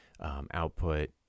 output